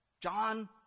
John